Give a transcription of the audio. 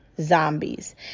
zombies